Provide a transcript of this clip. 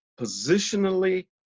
positionally